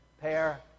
pair